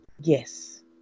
Yes